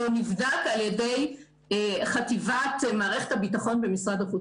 לא נבדק על ידי חטיבת מערכת הביטחון במשרד מבקר